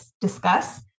discuss